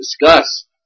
discuss